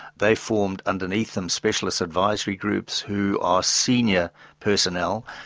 they formed underneath them, specialist advisory groups who are senior personnel,